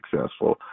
successful